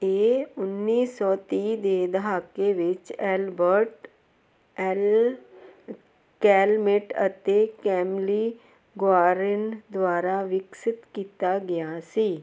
ਇਹ ਉੱਨੀ ਸੌ ਤੀਹ ਦੇ ਦਹਾਕੇ ਵਿੱਚ ਐਲਬਰਟ ਐਲ ਕੈਲਮੇਟ ਅਤੇ ਕੈਮਿਲੀ ਗੁਆਰਿਨ ਦੁਆਰਾ ਵਿਕਸਤ ਕੀਤਾ ਗਿਆ ਸੀ